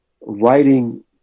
writing